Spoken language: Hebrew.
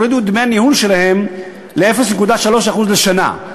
יורידו את דמי הניהול שלהם ל-0.3% לשנה,